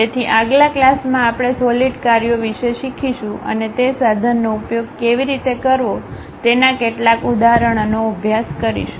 તેથી આગલા ક્લાસમાં આપણે સોલિડ કાર્યો વિશે શીખીશું અને તે સાધનનો ઉપયોગ કેવી રીતે કરવો તેના કેટલાક ઉદાહરણોનો અભ્યાસ કરીશું